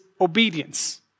obedience